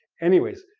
anyways,